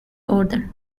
order